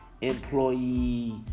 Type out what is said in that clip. employee